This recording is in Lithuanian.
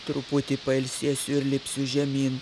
truputį pailsėsiu ir lipsiu žemyn